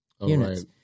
units